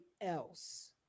else